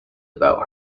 about